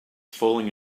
falling